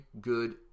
good